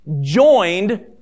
joined